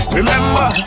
Remember